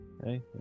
Okay